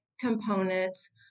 components